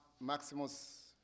Maximus